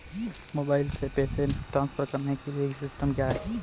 Mobile से पैसे transfer करने के लिए सिस्टम क्या है?